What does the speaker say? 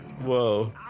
Whoa